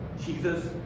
Jesus